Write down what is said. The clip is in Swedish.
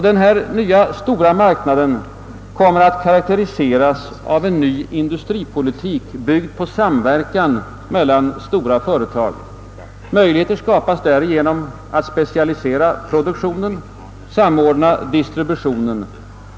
Den nya stora marknaden kommer att karakteriseras av en ny industripolitik, byggd på samverkan mellan stora företag. Möjligheter skapas därigenom att specialisera produktionen och samordna distributionen.